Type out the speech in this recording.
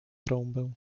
trąbę